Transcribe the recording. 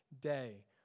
day